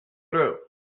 through